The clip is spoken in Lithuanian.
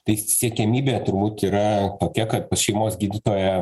tai siekiamybė turbūt yra tokia kad pas šeimos gydytoją